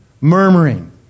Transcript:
murmuring